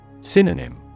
Synonym